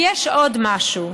ויש עוד משהו.